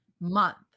month